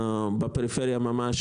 בפריפריה ממש,